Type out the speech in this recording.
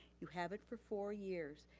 you have it for four years.